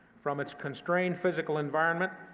from its constrained physical environment,